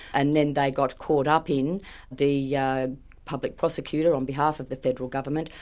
and then they got caught up in the yeah public prosecutor on behalf of the federal government,